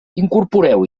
incorporeu